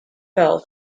fell